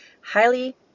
highly